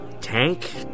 Tank